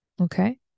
okay